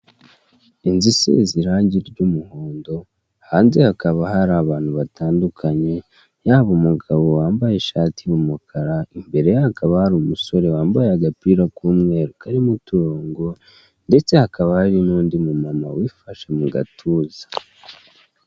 Inzu isize irangi ry'umuhondo, hanze hakaba hari abantu batandukanye, yaba umugabo wambaye ishati y'umukara, imbere ye hakaba hari umusore wambaye agapira k'umweru karimo uturongo ndetse hakaba hari n'undi mu muma wifashe mu gatuza.